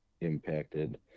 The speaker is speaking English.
impacted